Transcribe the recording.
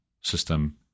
system